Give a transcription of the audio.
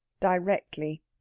directly